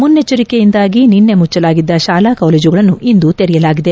ಮುನ್ನೆಚ್ವರಿಕೆಯಾಗಿ ನಿನ್ನೆ ಮುಚ್ಚಲಾಗಿದ್ದ ಶಾಲಾ ಕಾಲೇಜುಗಳನ್ನು ಇಂದು ತೆರೆಯಲಾಗಿದೆ